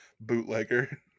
bootlegger